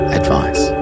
advice